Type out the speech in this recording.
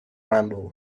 randall